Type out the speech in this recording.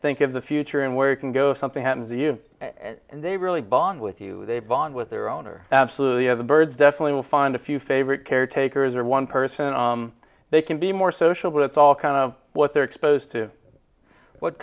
think of the future and where you can go something happens to you and they really bond with you they bond with their owner absolutely of the birds definitely will find a few favorite caretakers or one person they can be more social but it's all kind of what they're exposed to what